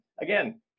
Again